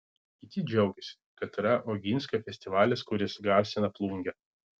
kiti džiaugiasi kad yra oginskio festivalis kuris garsina plungę